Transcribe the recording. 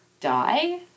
die